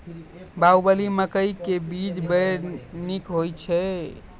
बाहुबली मकई के बीज बैर निक होई छै